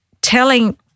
telling